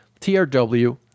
TRW